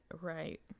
right